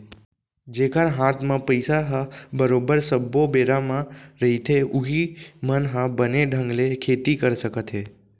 जेखर हात म पइसा ह बरोबर सब्बो बेरा म रहिथे उहीं मन ह बने ढंग ले खेती कर सकत हे